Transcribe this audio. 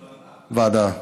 ועדה.